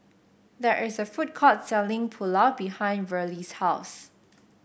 there is a food court selling Pulao behind Verlie's house